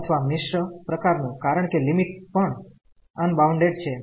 અથવા મીશ્ર પ્રકારનું કારણ કે લિમિટ પણ અનબાઉન્ડેડ છે